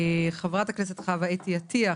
חברת הכנסת חוה אתי עטייה,